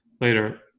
later